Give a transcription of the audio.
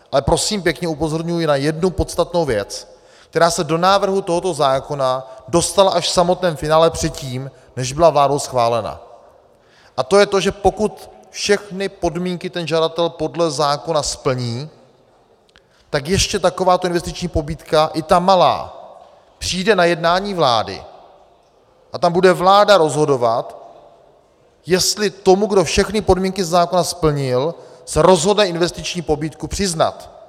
A prosím pěkně, upozorňuji na jednu podstatnou věc, která se do návrhu tohoto zákona dostala až v samotném finále, předtím, než byla vládou schválena, a to je to, že pokud všechny podmínky ten žadatel podle zákona splní, tak ještě takováto investiční pobídka, i ta malá, přijde na jednání vlády a tam bude vláda rozhodovat, jestli tomu, kdo všechny podmínky ze zákona splnil, se rozhodne investiční pobídku přiznat.